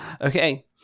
Okay